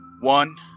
One